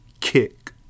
kick